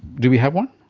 do we have one?